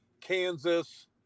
Kansas